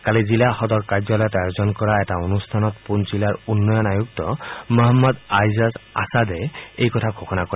কালি জিলা সদৰ কাৰ্যালয়ত আয়োজন কৰা এক অনষ্ঠানত পুঞ্চ জিলাৰ উন্নয়ন আয়ুক্ত মহম্মদ আইজাজ আচাদে এই কথা ঘোষণা কৰে